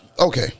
okay